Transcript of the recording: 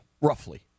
Roughly